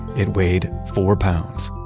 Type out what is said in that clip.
it weighed four pounds.